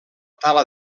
tala